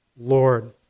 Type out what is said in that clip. Lord